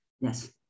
Yes